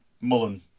Mullen